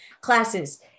classes